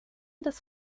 des